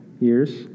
years